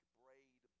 braid